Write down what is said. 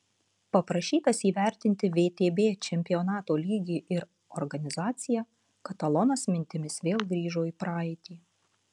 paprašytas įvertinti vtb čempionato lygį ir organizaciją katalonas mintimis vėl grįžo į praeitį